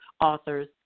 authors